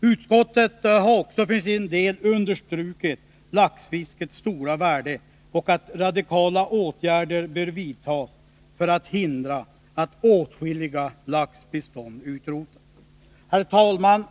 Utskottet har också för sin del understrukit laxfiskets stora värde och att radikala åtgärder bör vidtas för att hindra att åtskilliga laxbestånd utrotas. Herr talman!